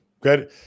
good